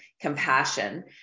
compassion